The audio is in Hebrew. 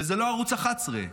וזה לא ערוץ 11,